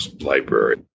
library